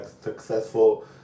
successful